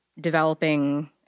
developing